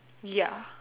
ya